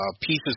pieces